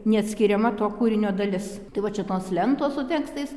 neatskiriama to kūrinio dalis tai va čia tos lentos su tekstais